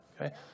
Okay